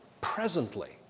presently